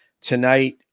tonight